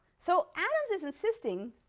so adams is insisting,